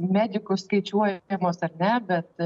medikų skaičiuojamos ar ne bet